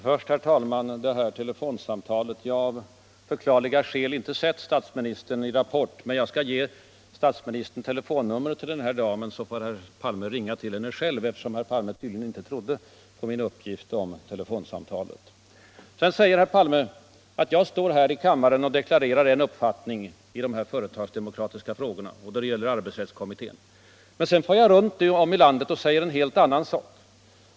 Herr talman! Först några ord beträffande telefonsamtalet. Jag har av förklarliga skäl inte sett statsministern i Rapport, men jag skall ge statsministern telefonnumret till den här damen, så får herr Palme ringa till henne själv. Herr Palme trodde tydligen inte på min uppgift om telefonsamtalet. Herr Palme säger att jag står här i kammaren och deklarerar en uppfattning i de företagsdemokratiska frågorna och då det gäller arbetsrättskommittén, men att jag sedan far runt om i landet och säger helt andra saker.